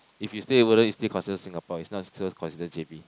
if you stay in Woodlands it's still considered Singapore it's not considered J_B